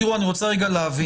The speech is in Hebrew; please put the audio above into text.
אני רוצה להבין.